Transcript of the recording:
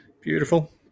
Beautiful